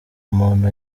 umuntu